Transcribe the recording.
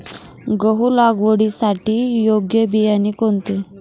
गहू लागवडीसाठी योग्य बियाणे कोणते?